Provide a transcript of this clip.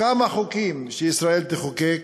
כמה חוקים ישראל תחוקק,